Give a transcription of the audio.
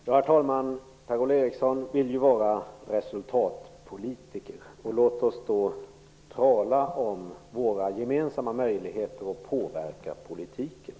Herr talman! Per-Ola Eriksson vill ju vara resultatpolitiker. Låt oss då tala om våra gemensamma möjligheter att påverka politiken.